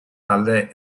talde